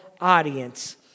audience